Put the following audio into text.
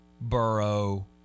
Burrow